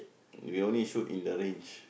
we only shoot in the range